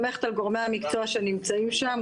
גורמי המקצוע נמצאים שם,